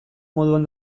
moduan